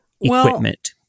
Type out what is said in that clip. equipment